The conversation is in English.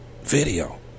video